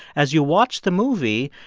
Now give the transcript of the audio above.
as you watch the movie,